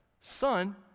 Son